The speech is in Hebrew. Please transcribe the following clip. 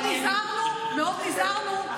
מאוד נזהרנו,